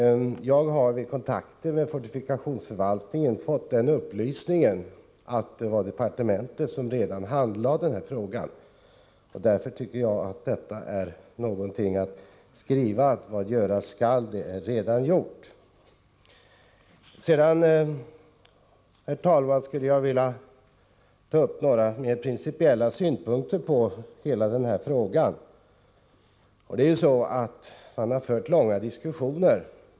Jag har vid kontakter med fortifikationsförvaltningen fått den upplysningen att departementet redan handlägger denna fråga. Därför tycker jag att detta är någonting av ”Vad göras skall är redan gjort”. Sedan skulle jag vilja framföra några mer principiella synpunkter på hela detta ärende.